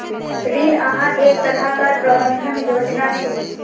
ऋण आहार एक तरह कार प्रबंधन योजना छे